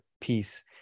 piece